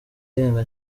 irenga